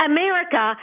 America